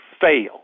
fail